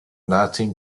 nothing